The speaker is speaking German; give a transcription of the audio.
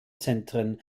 zentren